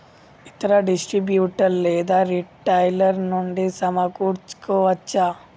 ఇతర డిస్ట్రిబ్యూటర్ లేదా రిటైలర్ నుండి సమకూర్చుకోవచ్చా?